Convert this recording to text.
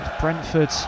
Brentford